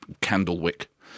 Candlewick